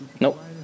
Nope